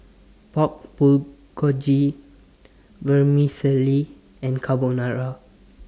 Pork Bulgogi Vermicelli and Carbonara